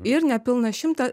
ir nepilną šimtą